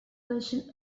version